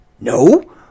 No